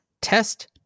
test